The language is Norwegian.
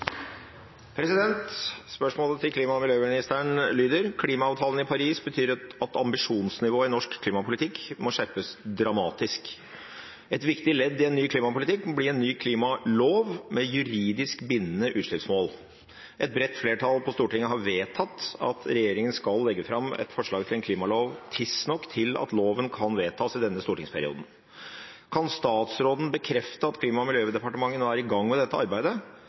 Spørsmålet til klima- og miljøministeren lyder: «Klimaavtalen i Paris betyr at ambisjonsnivået i norsk klimapolitikk må skjerpes dramatisk. Et viktig ledd i en ny klimapolitikk må bli en klimalov med juridisk bindende utslippsmål. Et bredt flertall på Stortinget har vedtatt at regjeringen skal legge fram et forslag til en klimalov tidsnok til at loven kan vedtas i denne stortingsperioden. Kan statsråden bekrefte at Klima- og miljødepartementet har startet arbeidet med